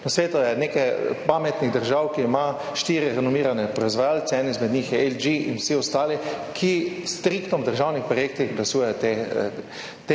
Na svetu je nekaj pametnih držav, ki imajo štiri renomirane proizvajalce, eden izmed njih je LG, in vsi ostali, ki striktno v državnih projektih glasujejo te